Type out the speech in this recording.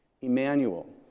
Emmanuel